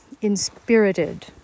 Inspirited